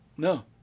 No